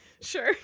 Sure